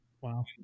Wow